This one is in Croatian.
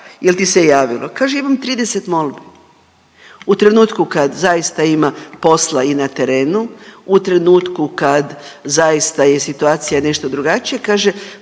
jel ti se javilo. Kaže imam 30 molbi. U trenutku kad zaista ima posla i na terenu, u trenutku kad zaista je situacija nešto drugačija kaže